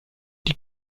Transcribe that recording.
die